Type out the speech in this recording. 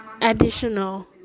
additional